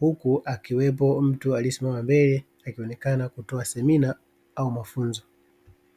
huku akiwepo mtu aliyesimama mbele akionekana kutoa semina au mafunzo.